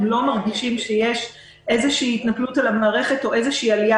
הם לא מרגישים שיש איזו התנפלות על המערכת או איזו עלייה